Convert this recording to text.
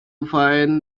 find